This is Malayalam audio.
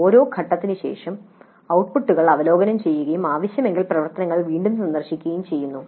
ഓരോ ഘട്ടത്തിനും ശേഷം ഔട്ട്പുട്ടുകൾ അവലോകനം ചെയ്യുകയും ആവശ്യമെങ്കിൽ പ്രവർത്തനങ്ങൾ വീണ്ടും സന്ദർശിക്കുകയും ചെയ്യുന്നു